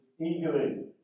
eagerly